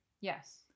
Yes